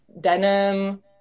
denim